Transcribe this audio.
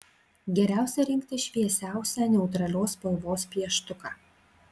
geriausia rinktis šviesiausią neutralios spalvos pieštuką